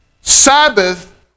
Sabbath